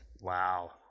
Wow